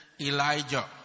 Elijah